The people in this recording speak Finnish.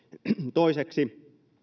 toiseksi